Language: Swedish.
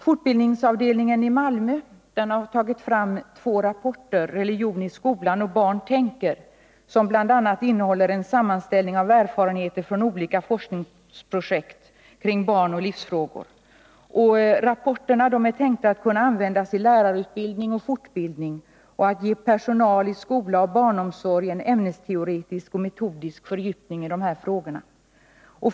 Fortbildningsavdelningen i Malmö har utarbetat två rapporter, ”Religion i skolan” och ”Barn tänker”, som bl.a. innehåller en sammanfattning av erfarenheter från olika forskningsprojekt om barn och livsfrågor. Avsikten är att rapporterna skall kunna användas till lärarutbildning och fortbildning och ge personal i skola och barnomsorg en ämnesteoretisk och metodisk fördjupning i dessa frågor.